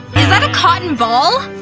is that a cotton ball!